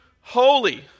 holy